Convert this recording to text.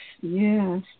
yes